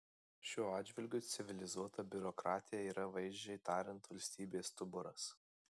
šiuo atžvilgiu civilizuota biurokratija yra vaizdžiai tariant valstybės stuburas